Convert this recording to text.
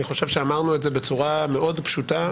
אני חושב שאמרנו את זה בצורה מאוד פשוטה,